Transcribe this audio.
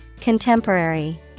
Contemporary